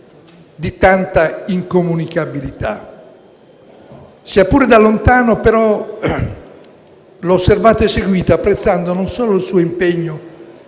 di tanta incomunicabilità. Sia pure da lontano, però, l'ho osservato e seguito, apprezzando, non soltanto il suo impegno